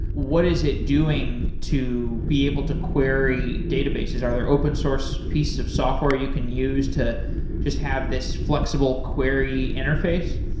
what is it doing to be able to query databases? are there open source pieces of software you can use to just have this flexible query interface?